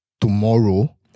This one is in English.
tomorrow